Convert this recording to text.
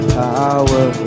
power